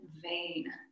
vain